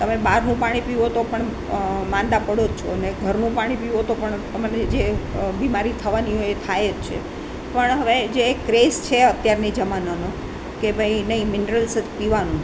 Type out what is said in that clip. તમે બહારનું પાણી પીવો તો પણ માંદા પડો જ છો અને ઘરનું પાણી પીવો તો પણ તમને જે બીમારી થવાની હોય થાય જ છે પણ હવે જે એક ક્રેઝ છે અત્યારની જમાનાનો કે ભાઈ નહીં મિનરલ્સ જ પીવાનું